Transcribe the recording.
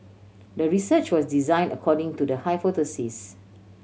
the research was design according to the hypothesis